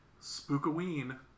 Spookaween